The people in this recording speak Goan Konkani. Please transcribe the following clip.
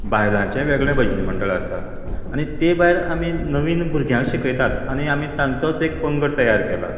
बायलांचे वेगळे भजनी मंडळ आसात आनी तें भायर आमी नवीन भुरग्यां शिकयतात आनी आमी तांचोच एक पंगड तयार केला